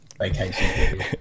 vacation